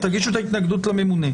לממונה, תגישו את ההתנגדות לממונה.